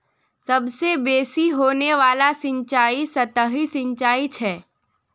सबसे बेसि होने वाला सिंचाई सतही सिंचाई छ